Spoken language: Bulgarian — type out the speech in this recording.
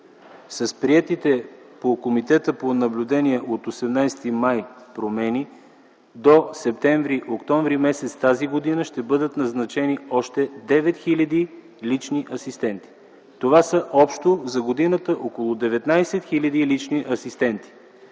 С приетите от Комитета по наблюдение от 18 май промени до септември-октомври месец т.г. ще бъдат назначени още 9 хил. лични асистенти. Това са общо за годината около 19 хил. лични асистенти,